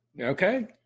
okay